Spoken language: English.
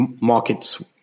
markets